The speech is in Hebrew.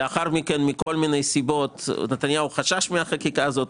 לאחר מכן מכל מיני סיבות נתניהו חשש מהחקיקה הזאת,